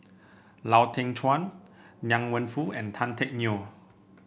Lau Teng Chuan Liang Wenfu and Tan Teck Neo